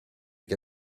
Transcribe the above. che